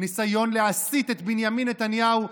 ניסיון להסיט את בנימין נתניהו,